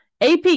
AP